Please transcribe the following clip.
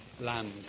land